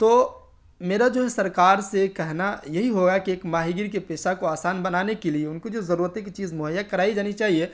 تو میرا جو ہے سرکار سے کہنا یہی ہوا ہے کہ ایک ماہی گیر کے پیسہ کو آسان بنانے کے لیے ان کو جو ضرورت کی چیز مہیا کرائی جانی چاہیے